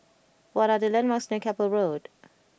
what are the landmarks near Keppel Road